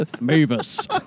Mavis